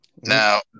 Now